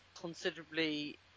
considerably